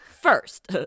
first